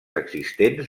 existents